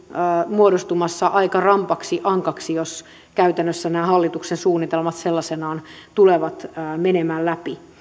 muodostumassa aika rammaksi ankaksi jos käytännössä nämä hallituksen suunnitelmat sellaisinaan tulevat menemään läpi